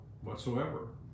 whatsoever